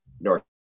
North